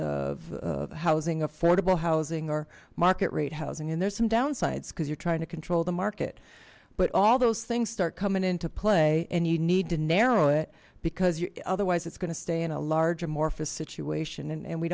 of the housing affordable housing or market rate housing and there's some downsides because you're trying to control the market but all those things start coming into play and you need to narrow it because you're wise it's going to stay in a large amorphous situation and